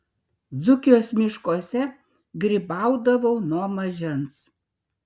dzūkijos miškuose grybaudavau nuo mažens